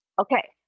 Okay